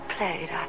played